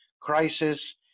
crisis